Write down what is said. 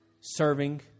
serving